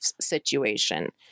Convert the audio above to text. situation